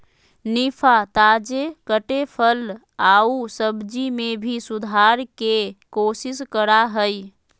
निफा, ताजे कटे फल आऊ सब्जी में भी सुधार के कोशिश करा हइ